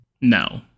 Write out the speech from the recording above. No